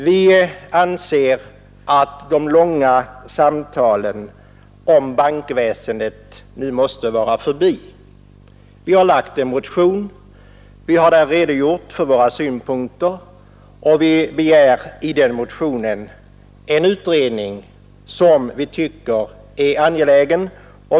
Vi anser att de långa samtalen om bankväsendet nu måste vara förbi. Vi har framlagt en motion, vari vi redogör för våra synpunkter och begär en utredning som vi tycker är angelägen.